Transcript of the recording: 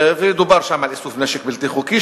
ודובר שם על איסוף נשק בלתי חוקי,